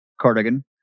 cardigan